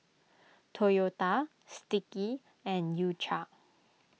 Toyota Sticky and U Cha